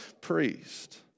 priest